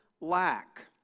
lack